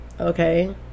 Okay